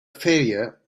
failure